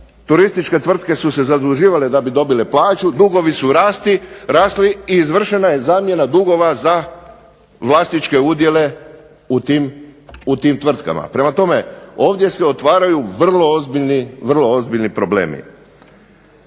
turističke tvrtke su se zaduživale da bi dobile plaću, dugovi su rasli i izvršena je zamjena dugova vlasničke udjele u tim tvrtkama. Prema tome, ovdje se otvaraju vrlo ozbiljni, vrlo